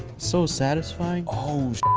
so satisfying. oh